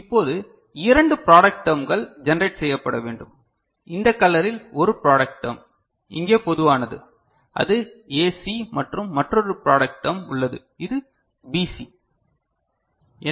இப்போது இரண்டு ப்ராடக்ட் டெர்ம்கள் ஜெனரேட் செய்யப்பட வேண்டும் இந்த கலரில் ஒரு ப்ராடக்ட் டெர்ம் இங்கே பொதுவானது அது AC மற்றும் மற்றொரு ப்ராடக்ட் டெர்ம் உள்ளது இது BC